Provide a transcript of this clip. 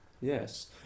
yes